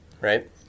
right